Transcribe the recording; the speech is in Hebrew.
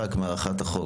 נמחק מהארכת החוק?